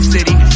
City